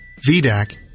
VDAC